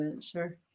Sure